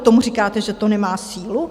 Tomu říkáte, že to nemá sílu?